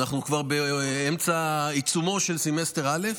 ואנחנו בעיצומו של סמסטר א'.